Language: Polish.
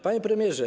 Panie Premierze!